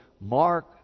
Mark